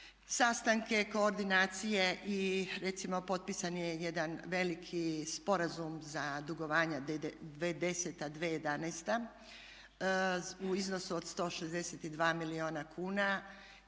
sastanke, koordinacije i recimo potpisan je jedan veliki sporazum za dugovanja 2010.-2011. u iznosu od 162 milijuna kuna.